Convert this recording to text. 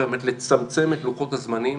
על מנת לצמצם את לוחות הזמנים